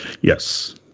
Yes